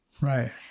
Right